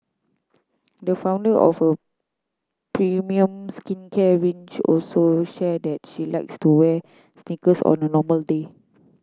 the founder of a premium skincare range also shared that she likes to wear sneakers on a normal day